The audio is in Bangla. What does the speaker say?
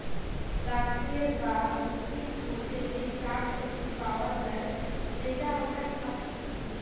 গাছের বা উদ্ভিদ হোতে যে শাক সবজি পায়া যায় যেটা আমরা খাচ্ছি